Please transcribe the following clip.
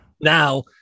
Now